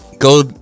Go